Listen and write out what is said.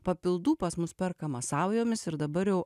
papildų pas mus perkama saujomis ir dabar jau